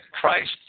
Christ